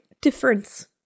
difference